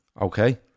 Okay